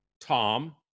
Tom